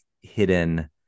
hidden